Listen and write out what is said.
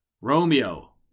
Romeo